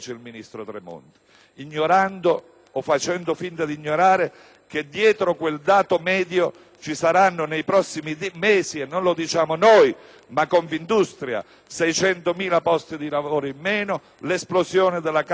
Ignorando o facendo finta di ignorare che dietro quel dato medio ci saranno nei prossimi mesi, e non lo diciamo noi ma Confindustria, 600.000 posti di lavoro in meno, l'esplosione della cassa integrazione,